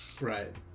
Right